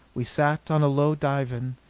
we sat on a low divan,